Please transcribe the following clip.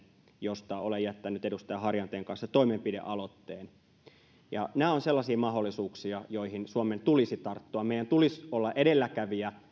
josta olen jättänyt edustaja harjanteen kanssa toimenpidealoitteen nämä ovat sellaisia mahdollisuuksia joihin suomen tulisi tarttua meidän tulisi olla edelläkävijä